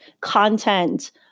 content